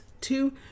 Two